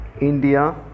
India